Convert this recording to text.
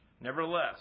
Nevertheless